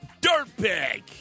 dirtbag